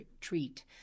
treat